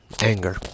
Anger